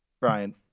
Brian